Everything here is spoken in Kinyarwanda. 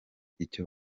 icyo